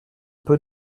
peu